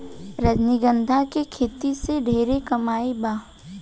रजनीगंधा के खेती से ढेरे कमाई बा